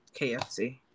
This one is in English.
KFC